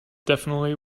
definitely